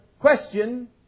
question